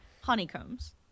Honeycombs